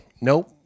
Nope